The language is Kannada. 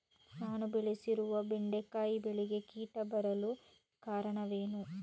ನಾನು ಬೆಳೆಸಿರುವ ಬೆಂಡೆಕಾಯಿ ಬೆಳೆಗೆ ಕೀಟ ಬರಲು ಕಾರಣವೇನು?